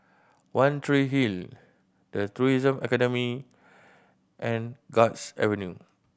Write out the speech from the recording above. One Tree Hill The Tourism Academy and Guards Avenue